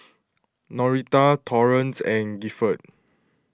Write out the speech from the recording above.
Norita Torrance and Gifford